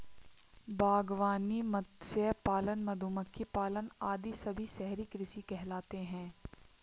बागवानी, मत्स्य पालन, मधुमक्खी पालन आदि सभी शहरी कृषि कहलाते हैं